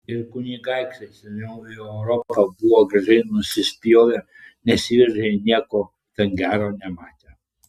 ir kunigaikščiai seniau į europą buvo gražiai nusispjovę nesiveržė ir nieko ten gera nematė